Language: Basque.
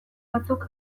batzuk